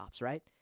right